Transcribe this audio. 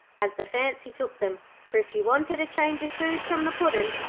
as the fancy took them, for if you wanted a change of food from the puddin',